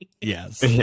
yes